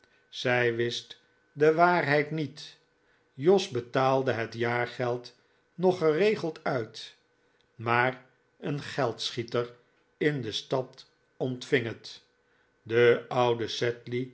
zij wist de waarheid niet jos betaalde het jaargeld nog geregeld uit maar een geldschieter in de stad ontving het de oude